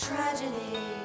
Tragedy